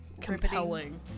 Compelling